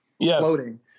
floating